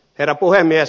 herra puhemies